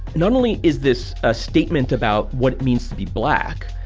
not only is this a statement about what it means to be black,